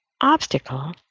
obstacle